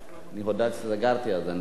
כבר הודעתי שסגרתי אז אני לא יכול לפתוח.